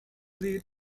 lied